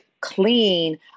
clean